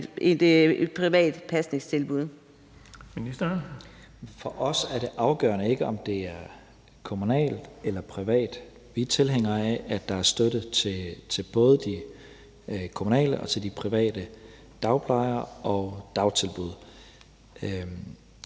(Mattias Tesfaye): For os er det afgørende ikke, om det er kommunalt eller privat. Vi er tilhængere af, at der er støtte til både de kommunale og de private dagplejere og dagtilbud.